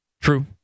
True